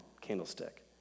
candlestick